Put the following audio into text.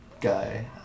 guy